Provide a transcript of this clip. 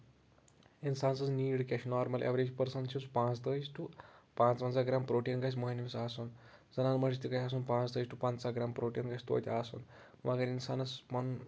اِنسان سٕنٛز نیٖڈ کیاہ چھِ نورَمل ایوریج پرسَن چھُ سُہ پانٛژٕتٲجۍ ٹُہ پانٛژٕوَنٛزاہ گرام پروٹین گژھِ موہنِوِس آسُن زَنانن تہِ گژھِ آسُن پانٛژٕتٲجی ٹُہ پَنٛژاہ گرام پروٹین گژھِ تویتہِ آسُن وۄنۍ اَگر اِنسانَس پَنُن